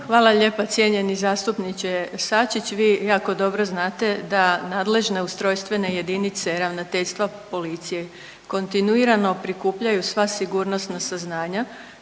Hvala lijepa. Cijenjeni zastupniče Sačić, vi jako dobro znate da nadležne ustrojstvene jedinice Ravnateljstva policije kontinuirano prikupljaju sva sigurnosna saznanja